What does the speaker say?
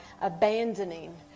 abandoning